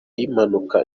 y’impanuka